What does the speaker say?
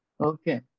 Okay